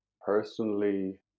personally